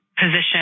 position